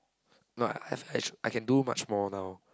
no I I have ch~ I can do much more now